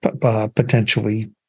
potentially